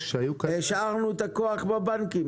השארנו את הכוח בבנקים.